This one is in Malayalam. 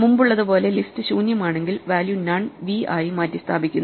മുമ്പുള്ളതുപോലെ ലിസ്റ്റ് ശൂന്യമാണെങ്കിൽ വാല്യൂ നൺ v ആയി മാറ്റിസ്ഥാപിക്കുന്നു